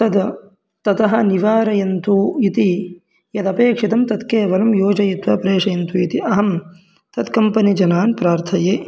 तद् ततः निवारयन्तु इति यदपेक्षितं तत् केवलं योजयित्वा प्रेषयन्तु इति अहं तत् कम्पनिजनान् प्रार्थये